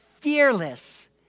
fearless